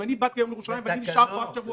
אם אני באתי היום לירושלים ואני נשאר פה עוד שבוע,